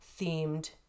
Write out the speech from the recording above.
themed